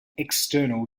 external